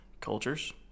cultures